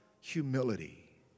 humility